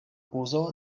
uzo